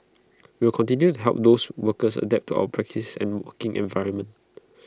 we will continue to help those workers adapt to our practices and working environment